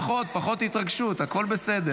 רבותיי, אפשר פחות התרגשות, הכול בסדר.